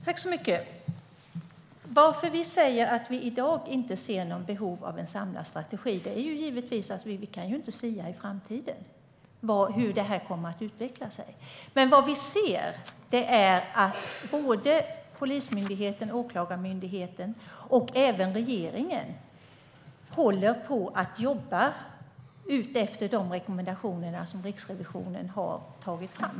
Herr talman! Att vi säger att vi i dag inte ser något behov av en samlad strategi är givetvis för att vi inte kan sia om framtiden och hur det här kommer att utvecklas. Vad vi ser är att Polismyndigheten, Åklagarmyndigheten och även regeringen håller på att jobba utifrån de rekommendationer som Riksrevisionen har tagit fram.